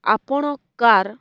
ଆପଣ କାର୍